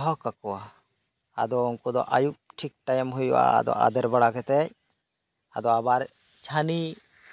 ᱫᱚᱦᱚ ᱠᱟᱠᱚᱣᱟ ᱟᱫᱚ ᱩᱱᱠᱩ ᱫᱚ ᱟᱹᱭᱩᱵ ᱴᱷᱤᱠ ᱴᱟᱭᱤᱢ ᱦᱩᱭᱩᱜᱼᱟ ᱟᱫ ᱟᱫᱮᱨ ᱵᱟᱲᱟ ᱠᱟᱛᱮᱫ ᱟᱫ ᱟᱵᱟᱨ ᱪᱷᱟᱹᱱᱤ